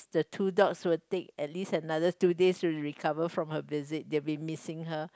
the two dogs will take at least another two days to recover from her visit they will be missing her